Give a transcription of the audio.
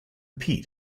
peat